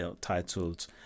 titled